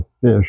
fish